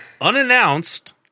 unannounced